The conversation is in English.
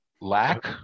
lack